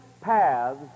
paths